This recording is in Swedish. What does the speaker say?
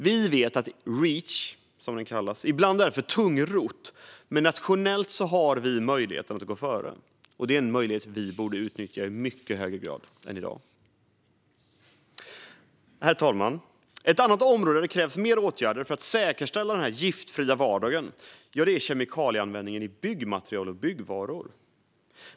Vi vet att Reach ibland är alltför tungrott, men nationellt har vi möjligheten att gå före. Det är en möjlighet som vi borde utnyttja i mycket högre grad än i dag. Herr talman! Ett annat område där det krävs mer åtgärder för att säkerställa den giftfria vardagen är kemikalieanvändningen i byggmaterial och byggvaror.